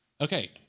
Okay